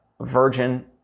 Virgin